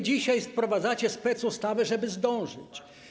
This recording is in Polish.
Dzisiaj wprowadzacie specustawę, żeby zdążyć.